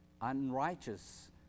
unrighteous